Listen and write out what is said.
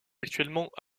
actuellement